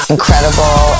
Incredible